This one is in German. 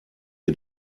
ihr